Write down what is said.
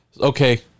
Okay